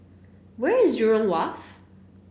where is Jurong Wharf